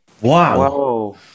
Wow